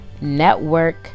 network